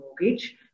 mortgage